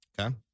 Okay